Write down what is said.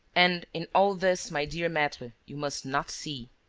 and, in all this, my dear maitre, you must not see.